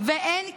ואין כלים,